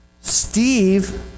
Steve